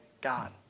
God